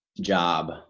job